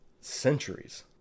centuries